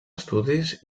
estudis